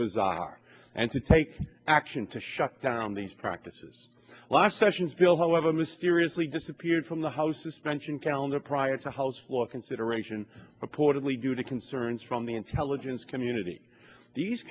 bazaar and to take action to shut down these practices last session's bill however mysteriously disappeared from the house suspension calendar prior to house floor consideration reportedly due to concerns from the intelligence community these